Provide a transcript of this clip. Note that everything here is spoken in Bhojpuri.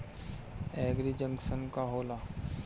एगरी जंकशन का होला?